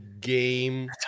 Game